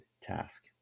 task